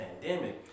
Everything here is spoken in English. pandemic